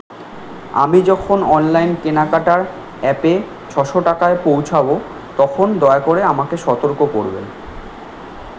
আমি যখন অনলাইন কেনাকাটার অ্যাপে ছশো টাকায় পৌঁছাবো তখন দয়া করে আমাকে সতর্ক করবেন